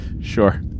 Sure